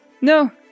no